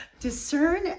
discern